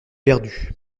perdu